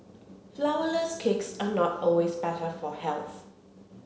flourless cakes are not always better for health